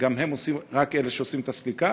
ורק אלה שעושים את הסליקה.